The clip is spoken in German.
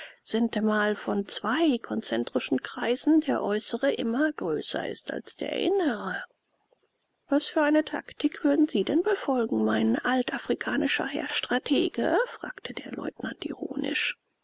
sintemal von zwei konzentrischen kreisen der äußere immer größer ist als der innere was für eine taktik würden sie denn befolgen mein altafrikanischer herr stratege fragte der leutnant ironisch